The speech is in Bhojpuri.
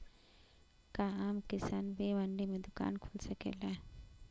का आम किसान भी मंडी में दुकान खोल सकेला?